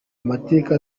amateka